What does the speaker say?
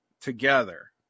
together